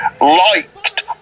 liked